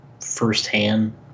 firsthand